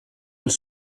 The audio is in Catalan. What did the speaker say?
els